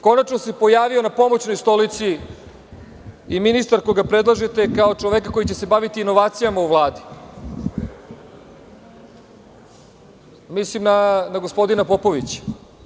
Konačno se pojavio na pomoćnoj stolici i ministar koga predlažete kao čoveka koji će se baviti inovacijama u Vladi, mislim na gospodina Popovića.